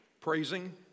Praising